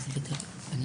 תודה.